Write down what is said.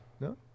No